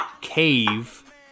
cave